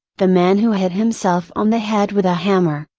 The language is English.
the man who hit himself on the head with a hammer,